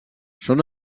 són